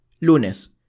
lunes